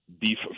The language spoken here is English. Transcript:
beef